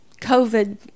COVID